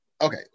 okay